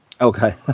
Okay